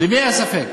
למי היה ספק?